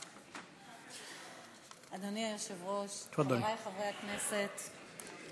אדוני היושב-ראש, חברי חברי הכנסת,